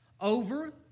Over